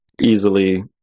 easily